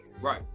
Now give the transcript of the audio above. Right